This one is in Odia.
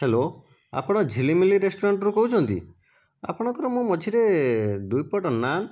ହ୍ୟାଲୋ ଆପଣ ଝିଲିମିଲି ରେଷ୍ଟୁରାଣ୍ଟରୁ କହୁଛନ୍ତି ଆପଣଙ୍କର ମୁଁ ମଝିରେ ଦୁଇପଟ ନାନ୍